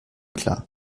klar